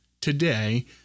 today